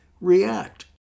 react